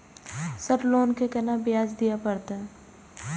Sir loan के केना ब्याज दीये परतें?